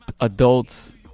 adults